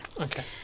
Okay